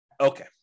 Okay